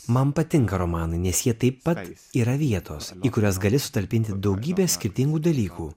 man patinka romanai nes jie taip pat yra vietos į kurias gali sutalpinti daugybę skirtingų dalykų